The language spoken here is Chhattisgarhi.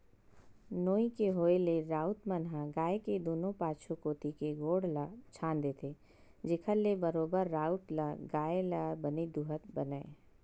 नोई के होय ले राउत मन ह गाय के दूनों पाछू कोती के गोड़ ल छांद देथे, जेखर ले बरोबर राउत ल गाय ल बने दूहत बनय